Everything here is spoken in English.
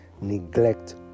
neglect